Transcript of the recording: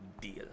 deal